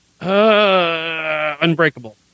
Unbreakable